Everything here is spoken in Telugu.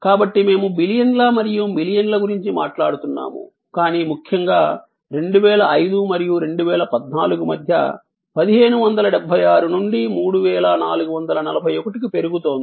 కాబట్టి మేము బిలియన్ల మరియు బిలియన్ల గురించి మాట్లాడుతున్నాము కానీ ముఖ్యంగా 2005 మరియు 2014 మధ్య 1576 నుండి 3441 కు పెరుగుతోంది